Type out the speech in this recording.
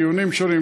בדיונים שונים,